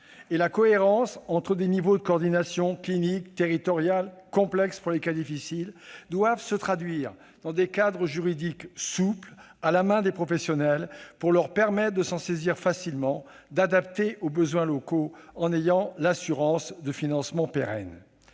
et la cohérence entre des niveaux de coordination clinique, territoriale, complexe pour les cas difficiles, doivent se traduire dans des cadres juridiques souples, à la main des professionnels, pour leur permettre de s'en saisir facilement, de l'adapter aux besoins locaux, en ayant l'assurance de financements pérennes.